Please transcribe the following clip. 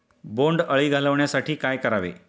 बोंडअळी घालवण्यासाठी काय करावे?